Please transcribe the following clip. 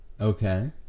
Okay